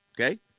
okay